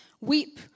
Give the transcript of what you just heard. Weep